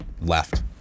left